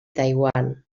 taiwan